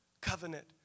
covenant